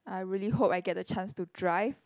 I really hope I get the chance to drive